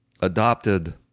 adopted